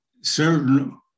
certain